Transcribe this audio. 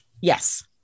Yes